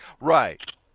right